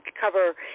cover